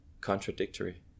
contradictory